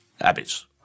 habits